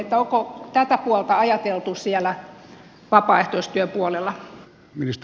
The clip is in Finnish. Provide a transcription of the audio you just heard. onko tätä puolta ajateltu vapaaehtoistyön puolella